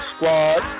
Squad